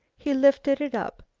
he lifted it up.